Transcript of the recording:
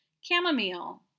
Chamomile